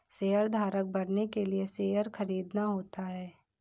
शेयरधारक बनने के लिए शेयर खरीदना होता है